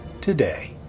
today